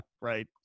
Right